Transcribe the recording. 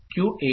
QA Shift'